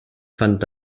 fand